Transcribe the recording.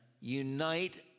unite